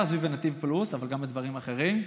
סביב "נתיב פלוס" אבל גם בדברים אחרים,